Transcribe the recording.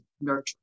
nurture